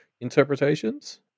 interpretations